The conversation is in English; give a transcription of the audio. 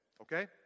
okay